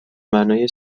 معنی